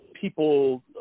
people